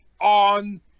on